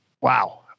Wow